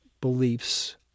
beliefs